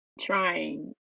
trying